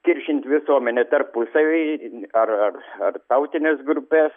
kiršint visuomenę tarpusavy ar ar ar tautines grupes